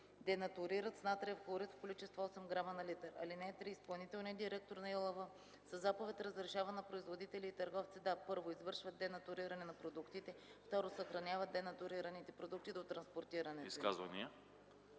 денатурират с натриев хлорид в количество 8 грама на литър. (3) Изпълнителният директор на ИАЛВ със заповед разрешава на производители или търговци да: 1. извършват денатуриране на продуктите; 2. съхраняват денатурираните продукти до транспортирането им.”